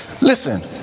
Listen